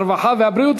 הרווחה והבריאות.